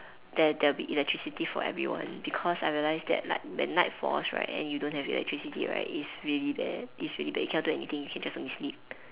there there will be electricity for everyone because I realise that like when night falls right and you don't have electricity right it's really bad it's really bad you cannot do anything you can just only sleep